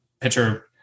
pitcher